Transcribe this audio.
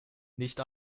nicht